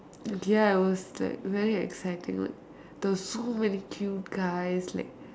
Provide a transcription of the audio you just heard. ya it was like very exciting there were so many cute guys like